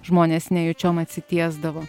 žmonės nejučiom atsitiesdavo